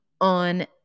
on